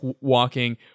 walking